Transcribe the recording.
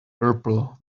purple